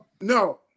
No